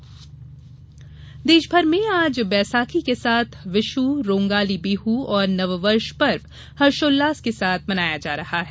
वैसाखी देशभर में आज वैसाखी के साथ विशु रोंगाली बिहु और नववर्ष पर्व हर्षोल्लास के साथ मनाया जा रहा है